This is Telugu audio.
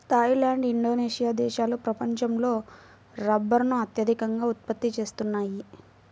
థాయ్ ల్యాండ్, ఇండోనేషియా దేశాలు ప్రపంచంలో రబ్బరును అత్యధికంగా ఉత్పత్తి చేస్తున్నాయి